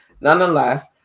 nonetheless